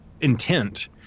intent